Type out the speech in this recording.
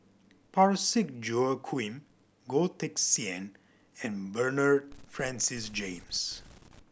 Parsick Joaquim Goh Teck Sian and Bernard Francis James